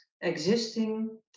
existing